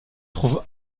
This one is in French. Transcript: trouve